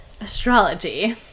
astrology